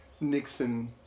Nixon